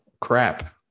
crap